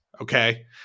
okay